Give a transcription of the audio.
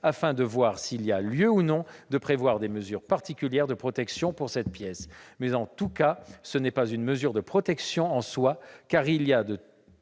afin de voir s'il y a lieu ou non de prévoir des mesures particulières de protection pour cette pièce. En tout cas, ce n'est pas une mesure de protection en soi, car il y a de